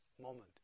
moment